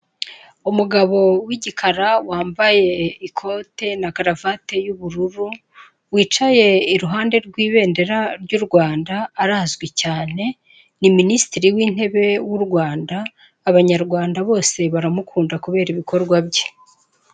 Umugabo w'igikara wambaye ikote na karuvate y'ubururu, wicaye iruhande rw'ibendera ry'u Rwanda arazwi cyane ni Minisitiri w'Intebe w'u Rwanda, abanyarwanda bose baramukunda kubera ibikorwa bye.